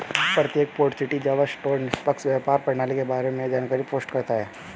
प्रत्येक port city Java store निष्पक्ष व्यापार प्रणाली के बारे में जानकारी पोस्ट करता है